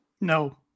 No